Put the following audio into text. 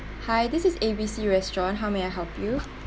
hi this is A_B_C restaurant how may I help you